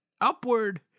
upward